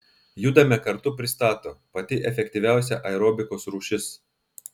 judame kartu pristato pati efektyviausia aerobikos rūšis